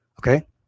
Okay